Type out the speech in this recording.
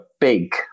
big